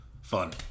fun